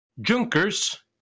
Junkers